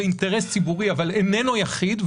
זה אינטרס ציבורי אבל איננו יחיד,